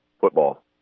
football